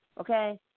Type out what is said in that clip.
okay